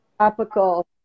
tropical